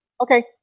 Okay